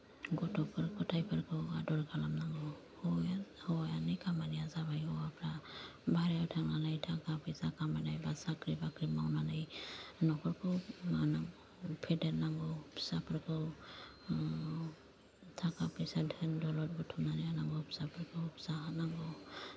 गथ'फोर गथायफोरखौ आदर खालामनांगौ हौवाया हौवानि खामानिया जाबाय हौवाफ्रा बायहेरायाव थांनानै थाखा फैसा खामायनाय बा साख्रि बाख्रि मावनानै न'खरखौ मा होनो फेदेरनांगौ फिसाफोरखौ थाखा फैसा धोन दौलद बुथुमनानै होनांगौ फिसाफोरखौ जाहोनांगौ